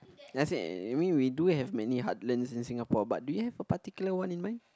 let's say you mean we do have many heartlands in Singapore but do you have a particular one in mind